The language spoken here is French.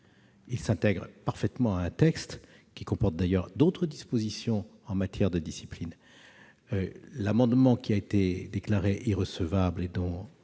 Il s'intègre parfaitement à un texte qui comporte, d'ailleurs, d'autres dispositions en matière de discipline. En revanche, l'amendement qui a été déclaré irrecevable n'était